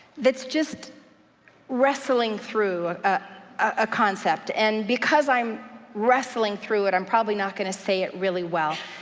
that's just wrestling through a concept, and because i'm wrestling through it, i'm probably not gonna say it really well.